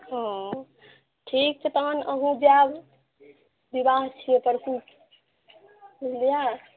हँ ठीक छै तहन अहुँ जाउ विवाह छियै करतै की बुझलियै